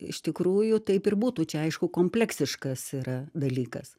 iš tikrųjų taip ir būtų čia aišku kompleksiškas yra dalykas